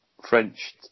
French